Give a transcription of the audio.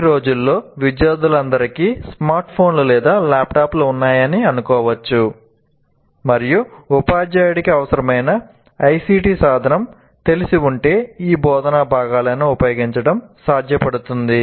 ఈ రోజుల్లో విద్యార్థులందరికీ స్మార్ట్ఫోన్లు లేదా ల్యాప్టాప్లు ఉన్నాయని అనుకోవచ్చు మరియు ఉపాధ్యాయుడికి అవసరమైన ICT సాధనం తెలిసి ఉంటే ఈ బోధనా భాగాలను ఉపయోగించడం సాధ్యపడుతుంది